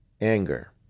anger